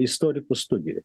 istorikų studijų